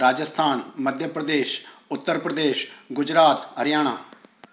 Rajasthan Madhya Pradesh Uttar Pradesh Gujarat Haryana